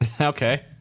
Okay